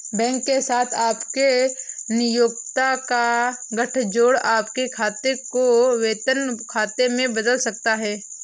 bank के साथ आपके नियोक्ता का गठजोड़ आपके खाते को वेतन खाते में बदल सकता है